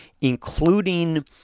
including